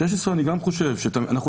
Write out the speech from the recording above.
אני חושב שגם אותו צריך להשאיר.